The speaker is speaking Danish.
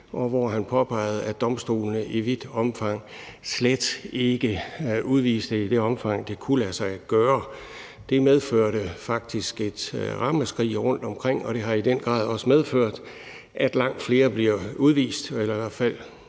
og påpegede, at domstolene i vid udstrækning ikke udviste i det omfang, det kunne lade sig gøre. Det medførte faktisk et ramaskrig rundtomkring, og det har i den grad også medført, at langt flere bliver udvist. Jeg kan